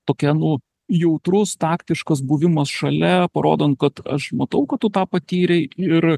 tokia nu jautrus taktiškas buvimas šalia parodant kad aš matau kad tu tą patyrei ir